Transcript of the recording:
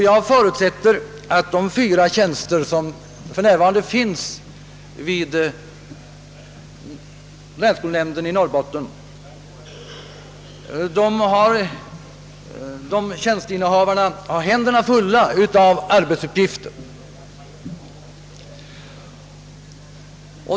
Jag förutsätter att de fyra tjänsteinnehavare, som för närvarande finns vid länsskolnämnden i Norrbotten, har händerna fulla av arbetsuppgifter.